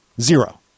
zero